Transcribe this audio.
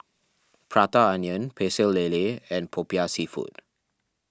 Prata Onion Pecel Lele and Popiah Seafood